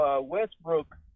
Westbrook